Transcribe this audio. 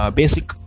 basic